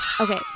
Okay